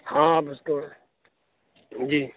ہاں بس تو جی